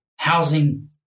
Housing